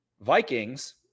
Vikings